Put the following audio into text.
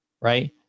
right